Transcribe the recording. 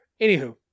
Anywho